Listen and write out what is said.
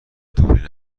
دوبلین